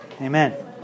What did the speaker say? Amen